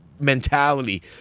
mentality